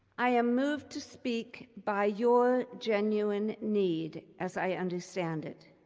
i am moved to speak by your genuine need, as i understand it,